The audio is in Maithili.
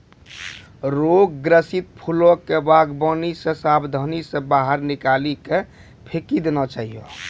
रोग ग्रसित फूलो के वागवानी से साबधानी से बाहर निकाली के फेकी देना चाहियो